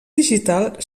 digital